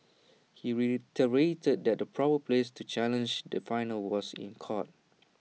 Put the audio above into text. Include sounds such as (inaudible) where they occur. (noise) he reiterated that the proper place to challenge the final was in court